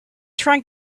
trying